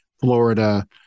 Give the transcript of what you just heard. Florida